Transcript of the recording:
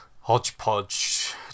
hodgepodge